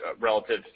relative